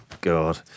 God